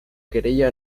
querella